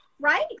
right